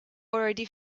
already